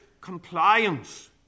compliance